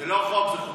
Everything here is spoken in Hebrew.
זה לא חוק, זה חוקים.